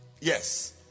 Yes